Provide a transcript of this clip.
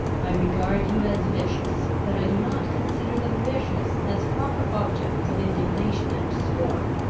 i regard you as vicious but i do not consider the vicious as proper objects of indignation and scorn.